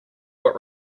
what